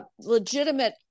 legitimate